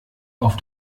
auf